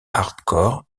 hardcore